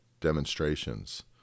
demonstrations